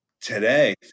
Today